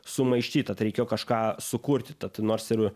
sumaišty tad reikėjo kažką sukurti tad nors ir